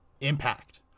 impact